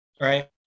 right